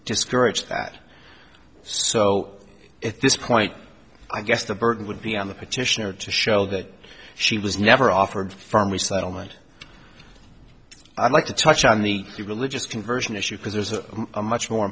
discourage that so at this point i guess the burden would be on the petitioner to show that she was never offered firmly settlement i'd like to touch on the religious conversion issue because there's a much more